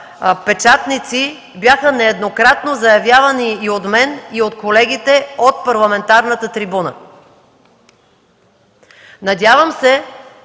печатници бяха нееднократно заявявани и от мен, и от колегите от парламентарната трибуна. Надявам се